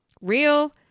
real